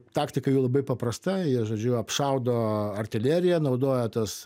taktika jų labai paprasta jie žodžiu apšaudo artileriją naudoja tas